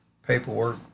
Paperwork